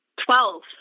twelve